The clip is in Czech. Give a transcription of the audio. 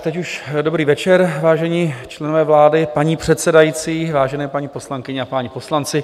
Teď už dobrý večer, vážení členové vlády, paní předsedající, vážené paní poslankyně a páni poslanci.